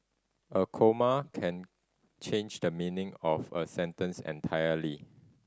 a comma can change the meaning of a sentence entirely